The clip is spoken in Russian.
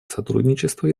сотрудничество